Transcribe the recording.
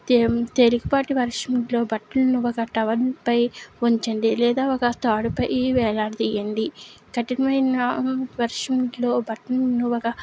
తేమ్ తేలికపాటి వర్షంలో బట్టలు ఇవ్వక గట్ట పై ఉంచండి లేదా ఒక తాడుపై వేలాడదీయండి కఠినమైన వర్షంలో బట్టలు యువక